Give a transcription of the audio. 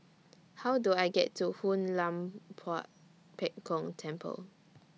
How Do I get to Hoon Lam Tua Pek Kong Temple